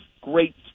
great